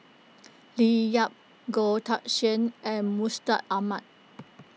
Leo Yip Goh Teck Sian and Mustaq Ahmad